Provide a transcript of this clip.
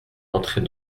entrez